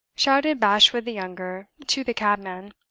shouted bashwood the younger to the cabman.